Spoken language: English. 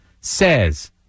says